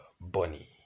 bunny